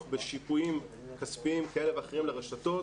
בשיפויים כספיים כאלה ואחרים לרשתות,